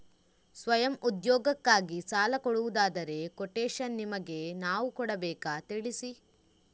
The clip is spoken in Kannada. ಸ್ವಯಂ ಉದ್ಯೋಗಕ್ಕಾಗಿ ಸಾಲ ಕೊಡುವುದಾದರೆ ಕೊಟೇಶನ್ ನಿಮಗೆ ನಾವು ಕೊಡಬೇಕಾ ತಿಳಿಸಿ?